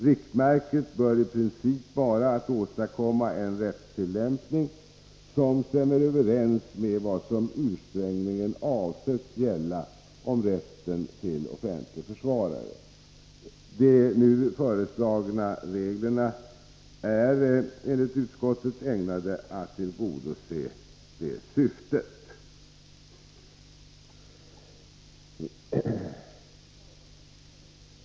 Riktmärket bör i princip vara att åstadkomma en rättstillämpning som stämmer överens med vad som ursprungligen avsetts gälla om rätten till offentlig försvarare. De nu föreslagna reglerna är enligt utskottet ägnade att tillgodose det syftet.